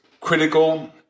critical